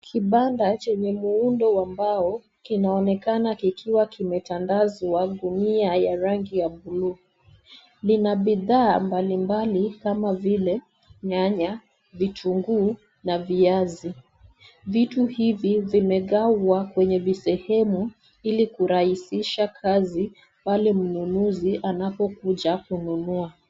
Kibanda chenye muundo wa mbao, kinaonekana kikiwa kimetandazwa gunia ya rangi ya buluu. Lina bidhaa mbalimbali kama vile nyanya, vitunguu na viazi. Vitu hivi vimegawa kwenye visehemu ili kurahisisha kazi pale mnunuzi anapokuja kununua.